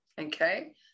okay